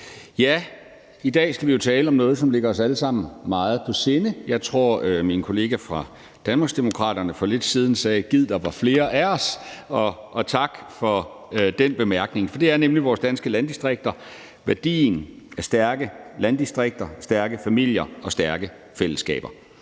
Ja, i dag skal vi jo tale om noget, der ligger os alle sammen meget på sinde. Jeg tror, at min kollega fra Danmarksdemokraterne for lidt siden sagde: Gid, der var flere af os. Tak for den bemærkning, for det handler nemlig om vores danske landdistrikter og værdien af stærke landdistrikter, stærke familier og stærke fællesskaber.